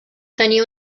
tenia